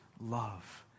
love